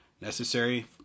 necessary